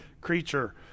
creature